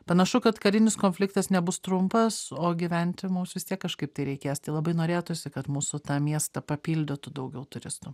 panašu kad karinis konfliktas nebus trumpas o gyventi mums vis tiek kažkaip tai reikės tai labai norėtųsi kad mūsų tą miestą papildytų daugiau turistų